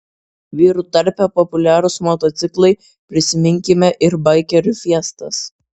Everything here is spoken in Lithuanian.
vyrų tarpe populiarūs motociklai prisiminkime ir baikerių fiestas